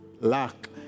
luck